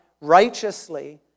righteously